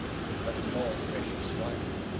but more vicious wife.